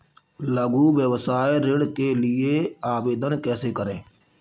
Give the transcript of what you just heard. लघु व्यवसाय ऋण के लिए आवेदन कैसे करें?